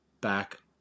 back